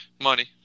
Money